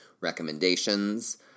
recommendations